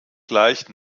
gleich